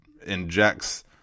injects